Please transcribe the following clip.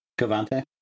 Cavante